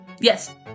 Yes